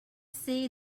see